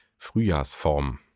Frühjahrsform